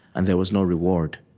and there was no reward